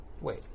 Wait